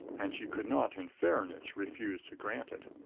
and she could not in fairness refuse to grant it.